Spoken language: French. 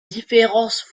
différences